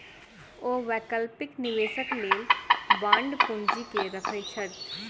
ओ वैकल्पिक निवेशक लेल बांड पूंजी के रखैत छथि